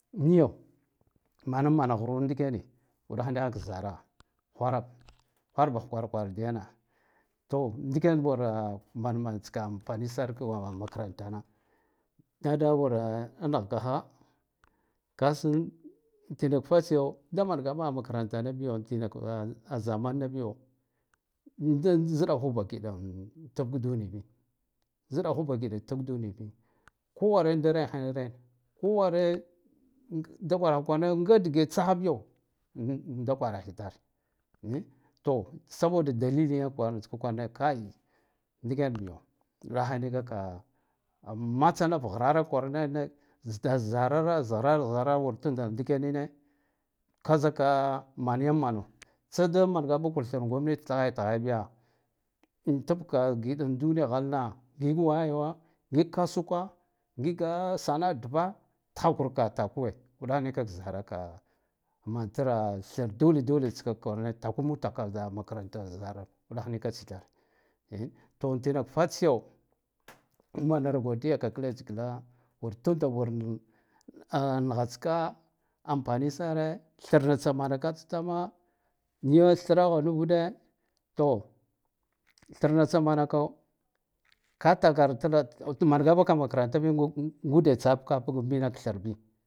Niyo manamman ghrur ndikene uɗakh nihak zara ghwara ghwarbah kwara kwara diyane to diken wura man manatska amfanisar ka makarantana kada wura da nakh gaha kasan tinak tatsiyo da manga baha makarantana biyo tinak a zamannabiyo da zɗahu ba gida tibk udenbi zɗahuba giɗa tib dunibi zɗahuba giɗa tibk dunibi kowar da reherena koware da kwaraha kwarane ngdike tsahabiyo da kwaraha tsitar to saboda dalilina kwaratska kwarane kai ndiken babiyo nɗahe nikaka ammatsanaf ghrara kwarane “z-zara zaro” zara da wur ndar ngikenine kazika maniyam mano tsada mangabakur thr gomneti tghayad yaghabiya ntibka gida duniya ghalna ngik wayewa ngik kasuka nkige sanaa dva tkha kur ka takuwe uɗakh nikak zaraka mantara thr duni dunitska kwarane taku mutaka zar makarata zara uɗakh nika tsitar to intinak fatsiyo manara godiyakak leshgla wur tunda wur a naghataka amfani sare thrnatsamankats tama niyo thragho nivud to thirnatsa manako ka takatrar mangabaka makarantab, “ngu-ngude” tsdabka mbinik thrbi.